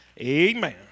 Amen